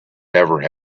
never